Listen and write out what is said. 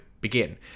begin